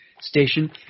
station